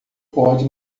pode